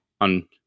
on